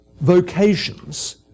vocations